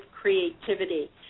creativity